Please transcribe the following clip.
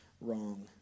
wrong